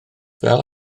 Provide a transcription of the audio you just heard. fel